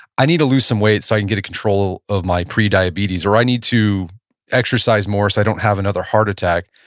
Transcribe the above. i need to lose some weight so i can get in control of my prediabetes, or, i need to exercise more so i don't have another heart attack.